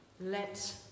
Let